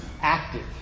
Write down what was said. active